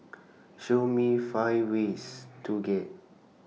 Show Me five ways to get